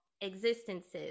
existences